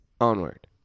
Onward